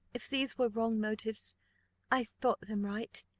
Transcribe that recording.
if these were wrong motives i thought them right.